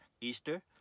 easter